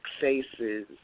faces